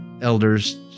elders